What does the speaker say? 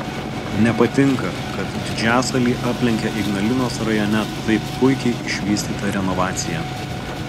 nepatinka kad didžiasalį aplenkia ignalinos rajone taip puikiai išvystyta renovacija